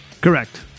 Correct